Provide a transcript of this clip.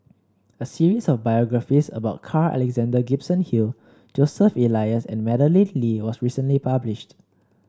a series of biographies about Carl Alexander Gibson Hill Joseph Elias and Madeleine Lee was recently published